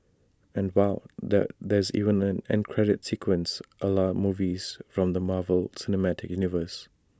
and wow there there's even an end credit sequence A la movies from the Marvel cinematic universe